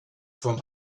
from